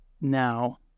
now